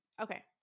okay